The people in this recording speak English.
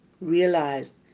realized